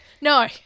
No